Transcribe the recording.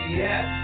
yes